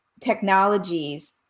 technologies